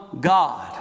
God